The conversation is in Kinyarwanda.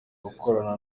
gukorana